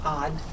odd